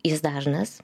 jis dažnas